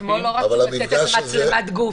אתמול לא רצו לתת את מצלמת הגוף.